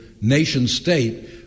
nation-state